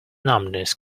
numbness